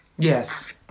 Yes